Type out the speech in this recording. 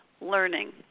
learning